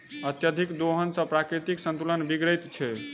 अत्यधिक दोहन सॅ प्राकृतिक संतुलन बिगड़ैत छै